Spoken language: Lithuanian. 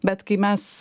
bet kai mes